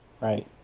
Right